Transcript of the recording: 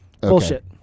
Bullshit